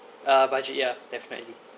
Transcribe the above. uh budget ya definitely